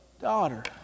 daughter